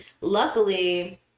Luckily